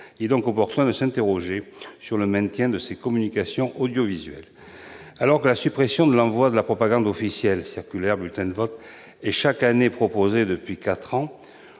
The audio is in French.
est donc opportun de s'interroger quant au maintien de ces communications audiovisuelles. La suppression de l'envoi de la propagande officielle -circulaires et bulletins de vote -est systématiquement proposée depuis quatre ans